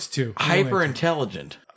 hyper-intelligent